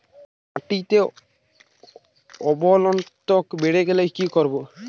মাটিতে অম্লত্ব বেড়েগেলে কি করব?